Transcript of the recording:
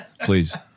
please